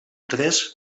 tres